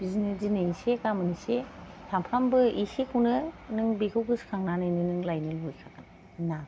बिदिनो दिनै एसे गोमोन एसे सामफ्रामबो एसेखौनो नों बेखौ गोसखांनानै नों लायनो लुगैखागोन नाखौ